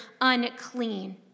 unclean